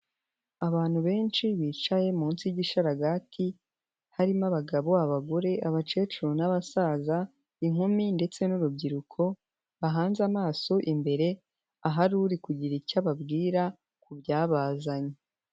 Abantu benshi bicaye munsi y'igishararagati, harimo abagabo, abagore, abakecuru n'abasaza, inkumi ndetse n'urubyiruko, bahanze amaso imbere, ahari uri kugira icyo ababwira ku byabazanye.